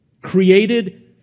created